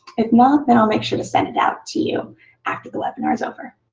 if not, then i'll make sure to send it out to you after the webinar is over.